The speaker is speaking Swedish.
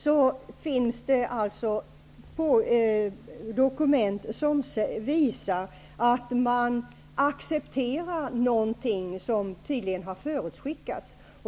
Det finns dokument som visar att polackerna accepterar något som tydligen har förutskickats.